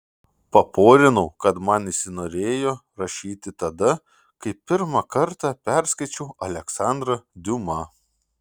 paporinau kad man įsinorėjo rašyti tada kai pirmą kartą perskaičiau aleksandrą diuma